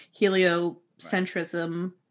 heliocentrism